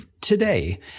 today